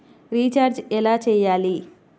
Recharge ఎలా చెయ్యాలి?